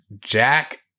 Jack